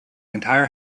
entire